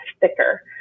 thicker